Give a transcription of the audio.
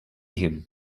him